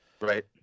Right